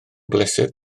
bleser